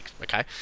okay